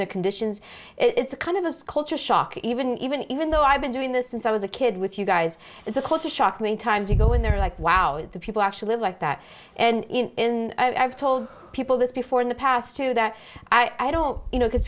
the conditions it's a kind of us culture shock even even even though i've been doing this since i was a kid with you guys it's a culture shock many times you go in there like wow the people actually live like that and in i've told people this before in the past too that i don't you know because